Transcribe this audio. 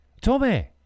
tommy